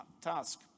task